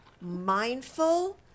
Mindful